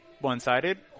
one-sided